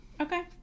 Okay